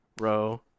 Row